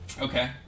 Okay